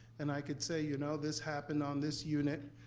and i could say you know this happened on this unit,